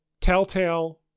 Telltale